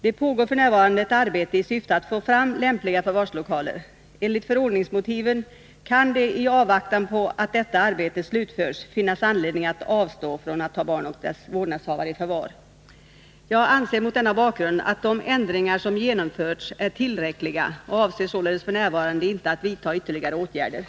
Det pågår f. n. ett arbete i syfte att få fram lämpliga förvarslokaler. Enligt förordningsmotiven kan det i avvaktan på att detta arbete slutförs finnas anledning att avstå från att ta barn och dess vårdnadshavare i förvar. Jag anser mot denna bakgrund att de ändringar som genomförts är tillräckliga och avser således f. n. inte att vidta ytterligare åtgärder.